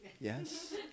Yes